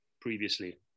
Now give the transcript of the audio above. previously